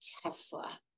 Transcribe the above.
Tesla